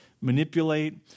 manipulate